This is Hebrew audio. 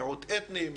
מיעוט אתני,